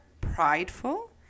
prideful